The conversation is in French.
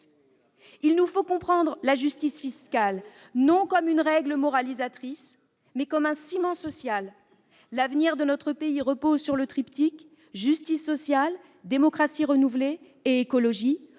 Il nous faut comprendre la justice fiscale non comme une règle moralisatrice, mais comme un ciment social. L'avenir de notre pays repose sur le triptyque : justice sociale, démocratie renouvelée et écologie.